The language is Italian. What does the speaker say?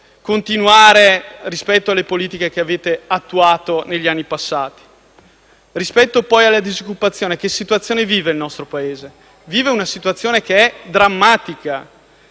continuare rispetto alle politiche che avete attuato negli anni passati. Rispetto poi alla disoccupazione il nostro Paese vive una situazione drammatica